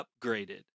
upgraded